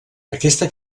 aquesta